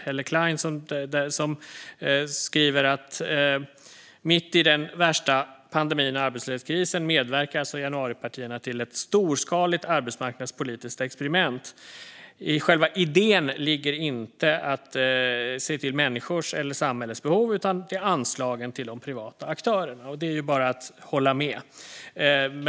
Hon skriver: "Mitt i värsta pandemin och arbetslöshetskrisen medverkar alltså januaripartierna till ett storskaligt arbetsmarknadspolitiskt experiment. I själva idén ligger inte att se till människors eller samhällets behov utan anslagen till de privata aktörerna." Det är bara att hålla med.